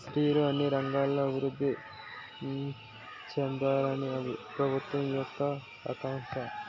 స్త్రీలు అన్ని రంగాల్లో అభివృద్ధి చెందాలని ప్రభుత్వం యొక్క ఆకాంక్ష